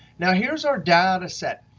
now here's our data set.